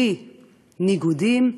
בלי ניגודים,